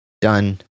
done